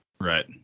Right